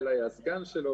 בפן השני אני לא קיים בו".